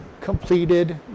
completed